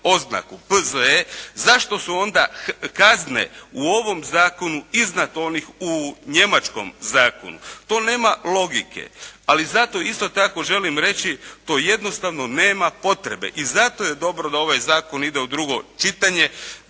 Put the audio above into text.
oznaku P.Z.E. zašto su onda kazne u ovom zakonu iznad onih u njemačkom zakonu. To nema logike. Ali zato isto tako želim reći to jednostavno nema potrebe i zato je dobro da ovaj zakon ide u drugo čitanje,